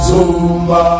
Zumba